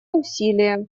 усилия